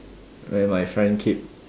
then my friend keep